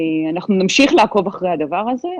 נמשיך לעקוב אחר הדבר הזה.